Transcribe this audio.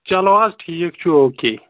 چلو حظ ٹھیٖک چھُ اوکے